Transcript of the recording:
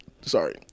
sorry